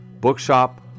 Bookshop